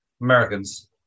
Americans